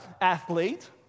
athlete